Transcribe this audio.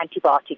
antibiotic